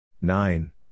nine